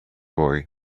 boy